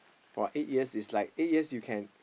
for eight years it's like eight years you can